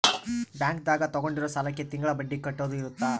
bank ದಾಗ ತಗೊಂಡಿರೋ ಸಾಲಕ್ಕೆ ತಿಂಗಳ ಬಡ್ಡಿ ಕಟ್ಟೋದು ಇರುತ್ತ